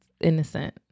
innocent